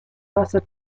wasser